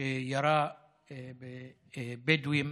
שירה בבדואים